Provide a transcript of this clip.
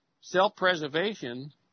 self-preservation